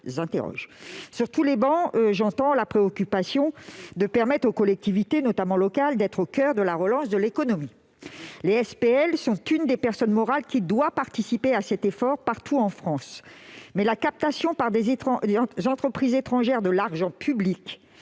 Sur toutes les travées, j'entends la préoccupation de permettre aux collectivités, notamment locales, d'être au coeur de la relance de l'économie. Les SPL sont une des personnes morales qui doit participer à cet effort, partout en France. Néanmoins, la captation par des entreprises étrangères de l'argent public